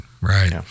right